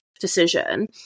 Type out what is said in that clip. decision